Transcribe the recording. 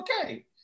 okay